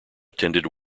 attended